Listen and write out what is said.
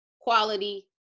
quality